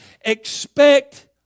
expect